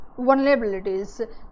vulnerabilities